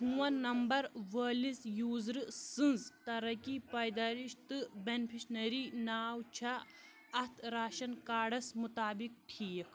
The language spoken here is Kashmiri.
فون نَمبَر وٲلِس یوٗزرٕ سٕنٛز ترقی پیدایِٔش تہٕ بینفِشنٔری ناو چھا اَتھ راشن کارڈس مُطابِق ٹھیٖک